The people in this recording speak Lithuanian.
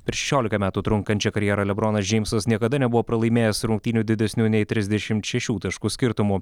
per šešiolika metų trunkančią karjerą lebronas džeimsas niekada nebuvo pralaimėjęs rungtynių didesniu nei trisdešimt šešių taškų skirtumu